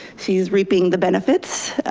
she's reaping the benefits.